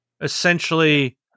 essentially